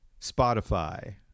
Spotify